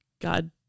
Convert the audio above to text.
god